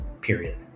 period